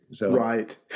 Right